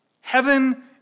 Heaven